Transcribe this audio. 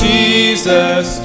Jesus